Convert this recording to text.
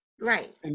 Right